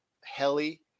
heli